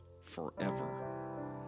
forever